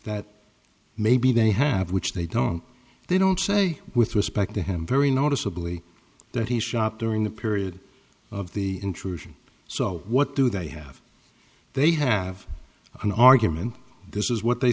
that maybe they have which they don't they don't say with respect to him very noticeably that he shop during the period of the intrusion so what do they have they have an argument this is what they